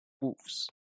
wolves